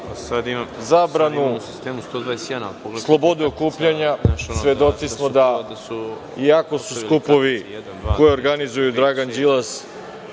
zabranu slobode okupljanja. Svedoci smo da, iako su skupovi koje organizuju Dragan Đilas,